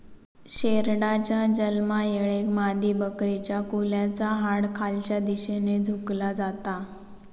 शेरडाच्या जन्मायेळेक मादीबकरीच्या कुल्याचा हाड खालच्या दिशेन झुकला जाता